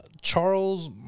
Charles